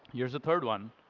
here's the third one.